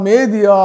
Media